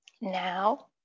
Now